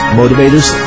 motivators